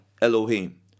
elohim